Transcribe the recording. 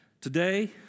Today